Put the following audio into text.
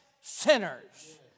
sinners